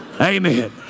Amen